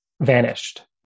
vanished